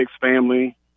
family